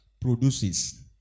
Produces